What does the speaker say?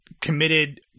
committed